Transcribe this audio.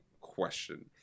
question